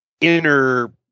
inner